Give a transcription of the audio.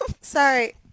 sorry